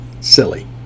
silly